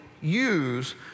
use